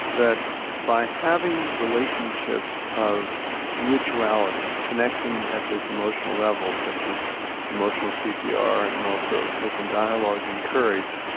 that by having relationships of mutuality, connecting at this emotional level such as emotional cpr and also open dialogue and courage,